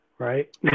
Right